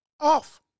off